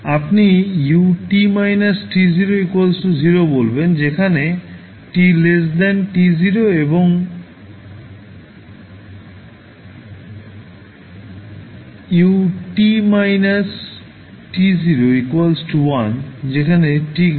আপনি ut − t0 0 বলবেন যেখানে t t0 এবং ut − t0 1 যেখানে t t0